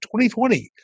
2020